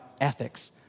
ethics